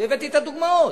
והבאתי את הדוגמאות.